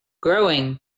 growing